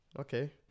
Okay